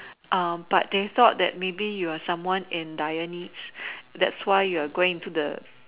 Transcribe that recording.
um but they thought that maybe you are someone that are dire yearned that's you going to the